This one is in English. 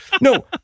no